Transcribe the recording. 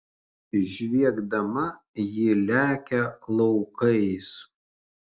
žviegdama ji lekia laukais